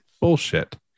bullshit